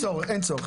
אין צורך.